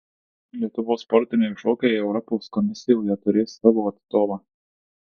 lietuvos sportiniai šokiai europos komisijoje turės savo atstovą